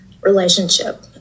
relationship